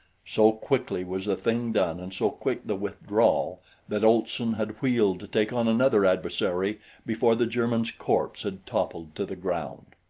so quickly was the thing done and so quick the withdrawal that olson had wheeled to take on another adversary before the german's corpse had toppled to the ground.